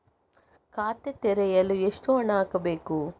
ಖಾತೆ ತೆರೆಯಲು ಎಷ್ಟು ಹಣ ಹಾಕಬೇಕು?